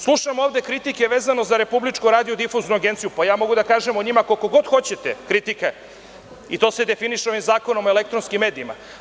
Slušam ovde kritike vezano za RRA, pa ja mogu da kažem o njima koliko god hoćete kritika i to se definiše ovim zakonom o elektronskim medijima.